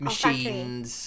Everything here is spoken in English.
Machines